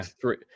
three